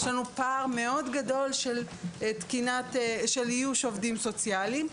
יש לנו פער גדול מאוד של איוש עובדים סוציאליים.